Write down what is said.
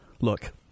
look